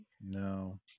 No